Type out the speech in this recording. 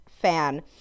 fan